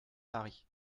paris